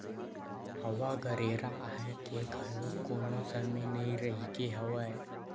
हवा गरेरा आए के घलोक कोनो समे नइ रहिगे हवय